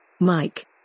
Mike